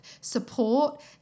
support